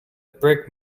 brick